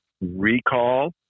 recall